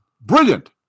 Brilliant